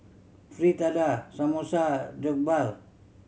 Fritada Samosa Jokbal